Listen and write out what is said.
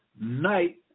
Night